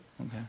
Okay